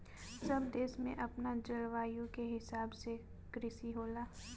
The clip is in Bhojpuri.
सब देश में अपना जलवायु के हिसाब से कृषि होला